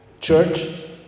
Church